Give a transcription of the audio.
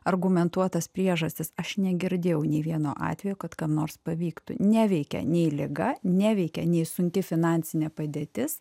argumentuotas priežastis aš negirdėjau nė vieno atvejo kad kam nors pavyktų neveikia nei liga neveikia nei sunki finansinė padėtis